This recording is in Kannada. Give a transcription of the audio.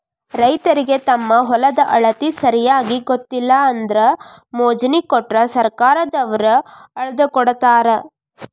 ರೈತರಿಗೆ ತಮ್ಮ ಹೊಲದ ಅಳತಿ ಸರಿಯಾಗಿ ಗೊತ್ತಿಲ್ಲ ಅಂದ್ರ ಮೊಜ್ನಿ ಕೊಟ್ರ ಸರ್ಕಾರದವ್ರ ಅಳ್ದಕೊಡತಾರ